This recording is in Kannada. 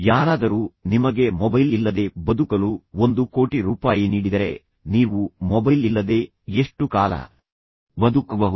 ಯಾರಾದರೂ ನಿಮಗೆ ಮೊಬೈಲ್ ಇಲ್ಲದೆ ಬದುಕಲು 1 ಕೋಟಿ ರೂಪಾಯಿ ನೀಡಿದರೆ ನೀವು ಮೊಬೈಲ್ ಇಲ್ಲದೆ ಎಷ್ಟು ಕಾಲ ಬದುಕಬಹುದು